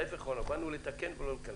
ההפך הוא הנכון, באנו לתקן ולא לקלקל.